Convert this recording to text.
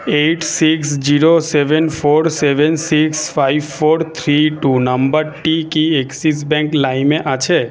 eight six zero seven four seven six five four three two নাম্বারটি কি Axis bank লাইমে আছে